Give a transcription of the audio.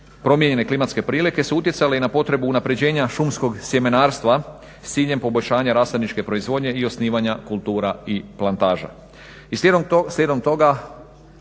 promijenjene klimatske prilike su utjecale i na potrebu unaprjeđenja šumskog sjemenarstva s ciljem poboljšanja rasadničke proizvodnje i osnivanja kultura i plantaža.